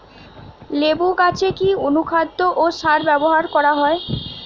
লেবু গাছে কি অনুখাদ্য ও সার ব্যবহার করা হয়?